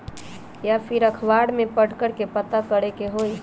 या फिर अखबार में पढ़कर के पता करे के होई?